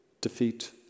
defeat